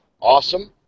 awesome